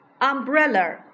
Umbrella